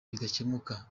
bidakemuka